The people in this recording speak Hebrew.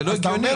זה לא הגיוני.